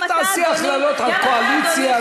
אז אל תעשי הכללות על קואליציה.